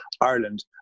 ireland